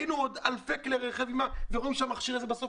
היו עוד אלפי כלי רכב עם המכשיר הזה שבסוף